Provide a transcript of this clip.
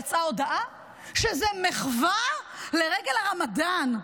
יצאה הודעה שזאת מחווה לרגל הרמדאן.